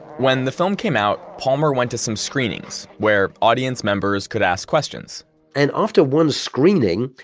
when the film came out, palmer went to some screenings where audience members could ask questions and after one screening,